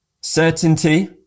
Certainty